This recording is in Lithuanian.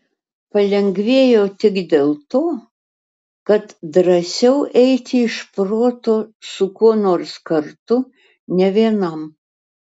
palengvėjo tik dėl to kad drąsiau eiti iš proto su kuo nors kartu ne vienam